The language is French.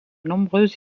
nombreux